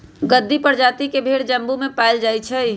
गद्दी परजाति के भेड़ जम्मू में पाएल जाई छई